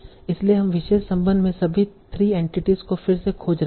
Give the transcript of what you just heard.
इसलिए हम विशेष संबंध में सभी 3 एंटिटीस को फिर से खोज रहे हैं